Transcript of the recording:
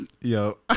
Yo